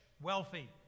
wealthy